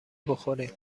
بخوریم